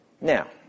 Now